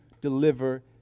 deliver